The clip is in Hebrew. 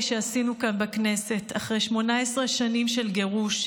שעשינו כאן בכנסת אחרי 18 שנים של גירוש,